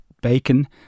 bacon